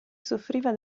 soffriva